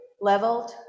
leveled